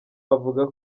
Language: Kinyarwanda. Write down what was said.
avuga